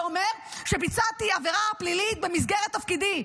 זה אומר שביצעתי עבירה פלילית במסגרת תפקידי.